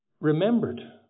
remembered